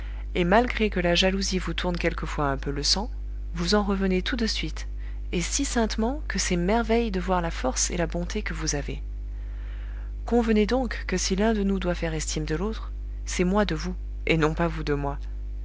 et malgré que la jalousie vous tourne quelquefois un peu le sang vous en revenez tout de suite et si saintement que c'est merveille de voir la force et la bonté que vous avez convenez donc que si l'un de nous doit faire estime de l'autre c'est moi de vous et non pas vous de moi